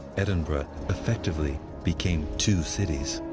edinburgh effectively became two cities.